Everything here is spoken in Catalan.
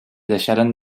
deixaren